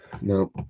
now